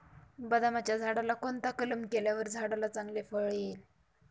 बदामाच्या झाडाला कोणता कलम केल्यावर झाडाला चांगले फळ येईल?